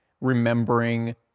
remembering